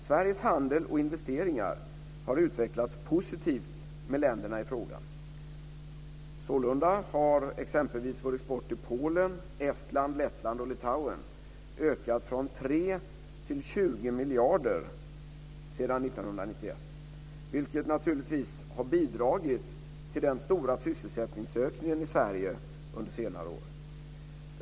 Sveriges handel och investeringar har utvecklats positivt med länderna i fråga. Sålunda har exempelvis vår export till Polen, Estland, Lettland och Litauen ökat från 3 till 20 miljarder kronor sedan 1991, vilket naturligtvis har bidragit till den stora sysselsättningsökningen i Sverige under senare år.